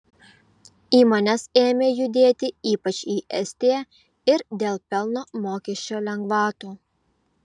įmonės ėmė judėti ypač į estiją ir dėl pelno mokesčio lengvatų